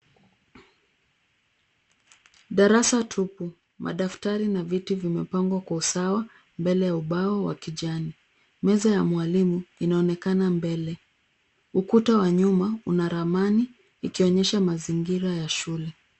Darasa tupu. Madaftari na viti vimepangwa kwa usawa mbele ya ubao wa kijani. Meza ya mwalimu inaonekana mbele. Ukuta wa nyuma una ramani ikionyesha mazingira ya shule.